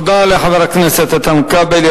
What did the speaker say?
תודה לחבר הכנסת איתן כבל.